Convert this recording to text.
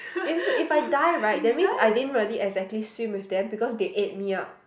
if if I die right that means I didn't really exactly swim with them because they ate me out